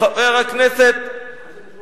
חבר הכנסת אגבאריה.